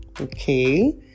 okay